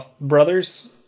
brothers